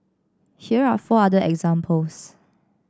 here are four other examples